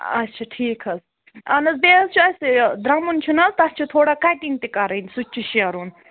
آچھا ٹھیٖک حظ اہن حظ بیٚیہِ حظ چھِ اَسہِ یہِ درٛمُن چھُنہٕ حظ تَتھ چھِ تھوڑا کَٹِنٛگ تہِ کَرٕنۍ سُہ تہِ چھُ شیرُن